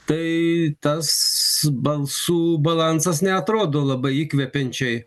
tai tas balsų balansas neatrodo labai įkvepiančiai